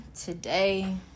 today